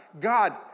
God